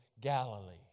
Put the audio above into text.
Galilee